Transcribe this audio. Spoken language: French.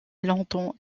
longtemps